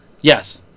Yes